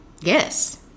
yes